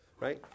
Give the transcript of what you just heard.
Right